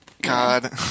God